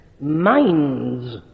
minds